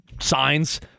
signs